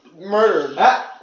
murdered